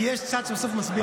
כי יש קצת שבסוף מסביר הרבה.